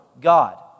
God